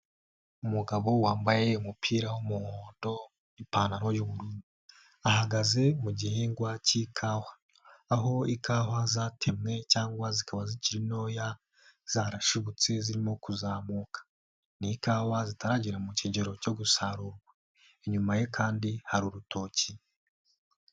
Umugabo wambaye umupira w'umuhondo n'ipantaro yu'bururu, ahagaze mu gihingwa cy'ikawa, aho ikawa zatemwe cyangwa zikaba zikiri ntoya zarashibutse zirimo kuzamuka, ni ikawa zitaragera mu kigero cyo gusarurwa inyuma ye kandi hari urutoki.